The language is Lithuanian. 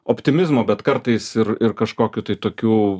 optimizmo bet kartais ir ir kažkokių tai tokių